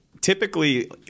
typically